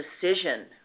decision